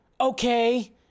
Okay